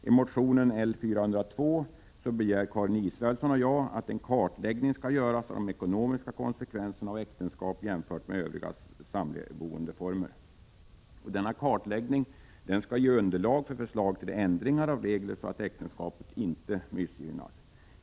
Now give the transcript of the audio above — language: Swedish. I motionen L402 begär Karin Israelsson och jag att en kartläggning skall göras av de ekonomiska konsekvenserna av äktenskap jämfört med övrigt samboende. Denna kartläggning skall ge underlag för förslag till ändringar av regler så att äktenskapet inte missgynnas.